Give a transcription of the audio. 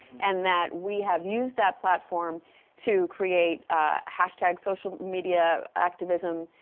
and that we have used that platform to create hash tag social media activism,